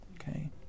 okay